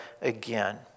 again